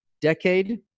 decade